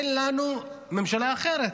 אין לנו ממשלה אחרת.